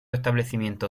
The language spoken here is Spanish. establecimiento